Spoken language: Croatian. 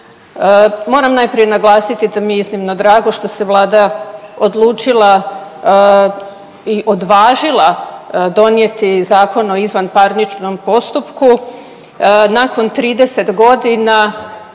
Moram najprije naglasiti da mi je iznimno drago što se Vlada odlučila i odvažila donijeti Zakon o izvanparničnom postupku nakon 30 godina